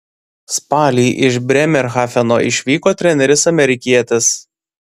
spalį iš brėmerhafeno išvyko treneris amerikietis